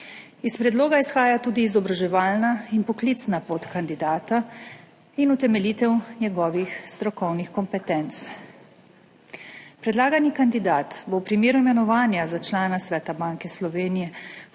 Iz predloga izhaja tudi izobraževalna in poklicna pot kandidata in utemeljitev njegovih strokovnih kompetenc. Predlagani kandidat bo v primeru imenovanja za člana Sveta Banke Slovenije